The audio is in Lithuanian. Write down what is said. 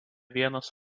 vienas